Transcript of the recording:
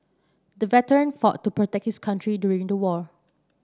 the veteran fought to protect his country during the war